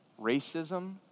racism